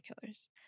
killers